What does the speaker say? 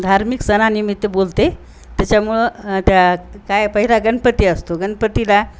धार्मिक सणानिमित्त बोलते त्याच्यामुळं त्या काय पहिला गणपती असतो गणपतीला